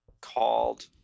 called